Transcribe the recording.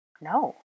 No